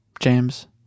James